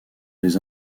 des